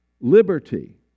Liberty